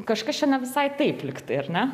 kažkas čia ne visai taip lyg tai ar ne